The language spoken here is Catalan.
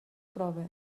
prova